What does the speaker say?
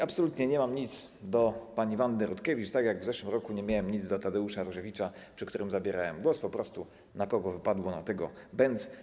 Absolutnie nie mam nic do pani Wandy Rutkiewicz, tak jak w zeszłym roku nie miałem nic do Tadeusza Różewicza, w przypadku którego zabierałem głos, po prostu na kogo wypadło, na tego bęc.